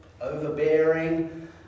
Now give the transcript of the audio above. overbearing